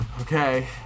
Okay